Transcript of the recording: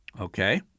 okay